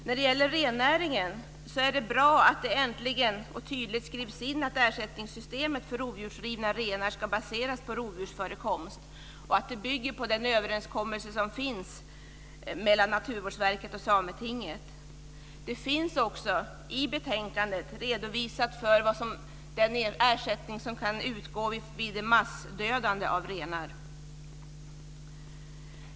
När det gäller rennäringen är det bra att det äntligen och tydligt skrivs in att ersättning för rovdjursrivna renar ska baseras på rovdjursförekomst och att det bygger på den överenskommelse som finns mellan Naturvårdsverket och Sametinget. Det finns också i betänkandet redovisat vilken ersättning som kan utgå vid massdödande av renar.